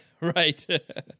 Right